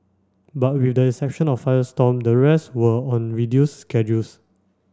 but with the exception of Firestorm the rest were on reduced schedules